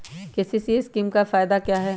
KCC scheme का फायदा क्या है?